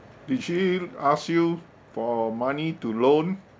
did she ask you for money to loan